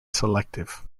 selective